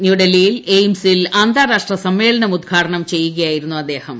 ന്യൂഡൽഹി എയിംസിൽ അന്താരാഷ്ട്ര സമ്മേളനം ഉദ്ഘാടനം ചെയ്യുകയായിരുന്നു അദ്ദേഹം